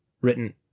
Written